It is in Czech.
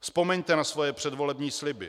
Vzpomeňte na svoje předvolební sliby.